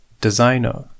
designer